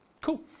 Cool